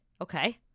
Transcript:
Okay